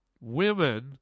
women